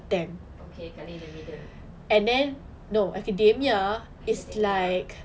okay academia in the middle academia